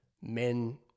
men